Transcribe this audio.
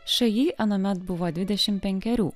šaji anuomet buvo dvidešimt penkerių